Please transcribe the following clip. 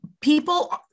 people